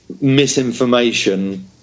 misinformation